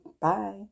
Bye